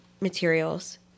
materials